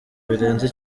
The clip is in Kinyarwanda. birenze